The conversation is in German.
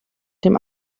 dem